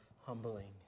humbling